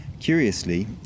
Curiously